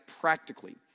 practically